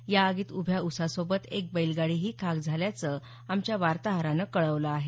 या आगीत उभ्या ऊसासोबत एक बैलगाडीही खाक झाल्याचं आमच्या वार्ताहरानं कळवलं आहे